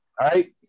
right